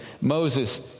Moses